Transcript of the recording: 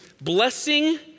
blessing